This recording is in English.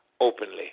openly